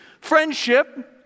friendship